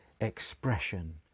expression